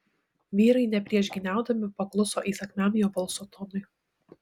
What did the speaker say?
vyrai nepriešgyniaudami pakluso įsakmiam jo balso tonui